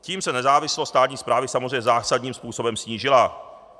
Tím se nezávislost státní správy samozřejmě zásadním způsobem snížila.